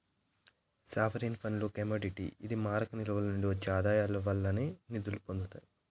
sovereign ఫండ్లు commodity ఇది మారక నిల్వల నుండి ఒచ్చే ఆదాయాల వల్లే నిదుల్ని పొందతాయి